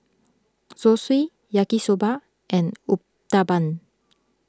Zosui Yaki Soba and Uthapam